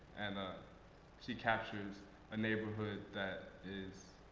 and ah she captures a neighborhood that is,